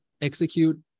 execute